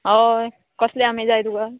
हय कसले आमे जाय तुका